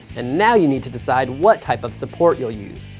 and now you need to decide what type of support you'll use.